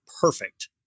perfect